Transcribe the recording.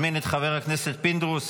התשפ"ד 2024,